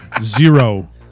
Zero